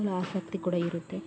ಆಸಕ್ತಿ ಕೂಡ ಇರುತ್ತೆ